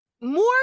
more